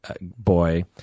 boy